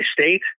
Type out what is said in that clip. state